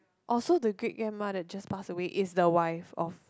orh so the great grandma that just passed away is the wife of